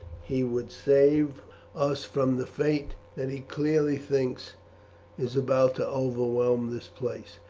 he would save us from the fate that he clearly thinks is about to overwhelm this place.